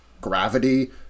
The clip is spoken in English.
gravity